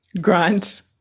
Grant